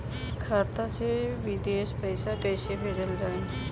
खाता से विदेश पैसा कैसे भेजल जाई?